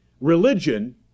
Religion